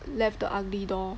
left the ugly door